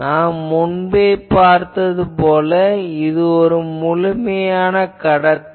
நாம் முன்பே பார்த்தது போல இது முழுமையான கடத்தி